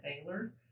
baylor